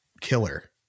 killer